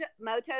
moto